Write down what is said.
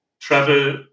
travel